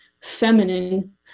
feminine